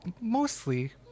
mostly